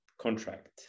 contract